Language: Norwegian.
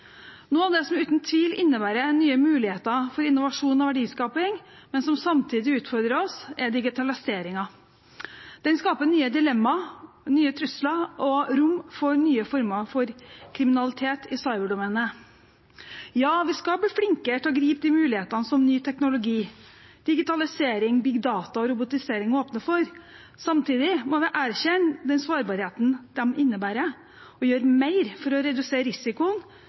Noe av det som uten tvil innebærer nye muligheter for innovasjon og verdiskaping, men som samtidig utfordrer oss, er digitaliseringen. Den skaper nye dilemmaer, nye trusler og rom for nye former for kriminalitet i cyberdomenet. Vi skal bli flinkere til å gripe de mulighetene som ny teknologi, digitalisering, «big data» og robotisering åpner for. Samtidig må vi erkjenne den sårbarheten dette innebærer, og gjøre mer for å redusere risikoen